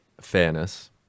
fairness